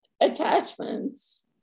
attachments